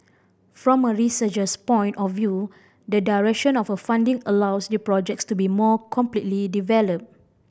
from a researcher's point of view the duration of a funding allows the projects to be more completely develop